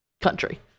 country